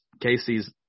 Casey's